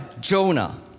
Jonah